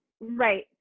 right